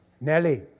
Nelly